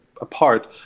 apart